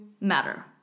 matter